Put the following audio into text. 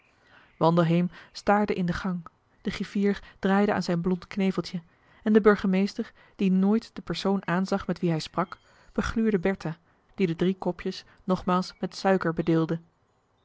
wandelheem staarde in den gang de griffier draaide aan zijn blond kneveltje en de burgemeester die nooit de persoon aanzag met wie hij sprak begluurde bertha die de drie kopjes nogmaals met suiker bedeelde